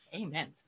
Amen